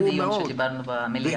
הדיון שדיברנו במליאה.